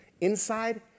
inside